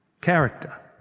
character